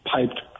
piped